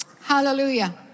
Hallelujah